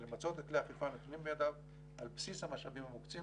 ולמצות את כלי האכיפה הנתונים בידיו על בסיס המשאבים המוקצים